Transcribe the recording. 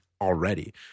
already